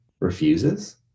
refuses